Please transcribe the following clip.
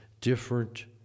different